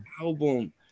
album